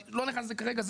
אני לא נכנס כרגע לזה,